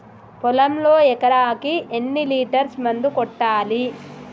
పొలంలో ఎకరాకి ఎన్ని లీటర్స్ మందు కొట్టాలి?